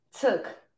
took